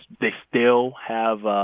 they still have,